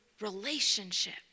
relationship